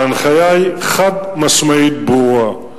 וההנחיה היא חד-משמעית ברורה: